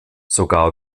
sogar